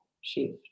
shift